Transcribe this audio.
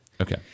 Okay